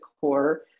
core